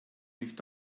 nicht